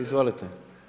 Izvolite.